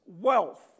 wealth